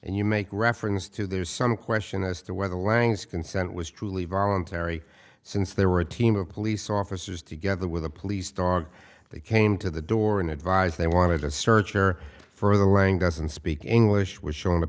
and you make reference to there's some question as to whether the langs consent was truly voluntary since they were a team of police officers together with a police dog they came to the door and advised they wanted to search there for the lang doesn't speak english was shown a